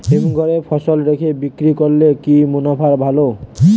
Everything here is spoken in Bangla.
হিমঘরে ফসল রেখে বিক্রি করলে কি মুনাফা ভালো?